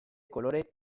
kolore